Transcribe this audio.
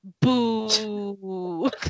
Boo